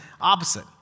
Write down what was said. opposite